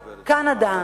קנדה,